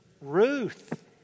Ruth